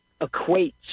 equate